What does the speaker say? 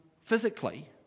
physically